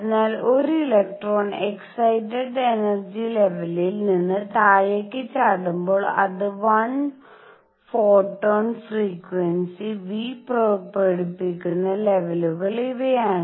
അതിനാൽ ഒരു electron excited energy ലെവലിൽ നിന്ന് താഴേക്ക് ചാടുമ്പോൾ അത് 1 ഫോട്ടോൺ ഫ്രീക്വൻസി ν പുറപ്പെടുവിക്കുന്ന ലെവലുകൾ ഇവയാണ്